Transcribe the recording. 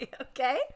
okay